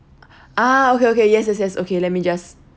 ah okay okay yes yes yes okay let me just